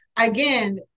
again